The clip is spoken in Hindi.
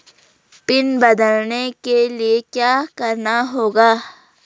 पिन बदलने के लिए क्या करना होगा?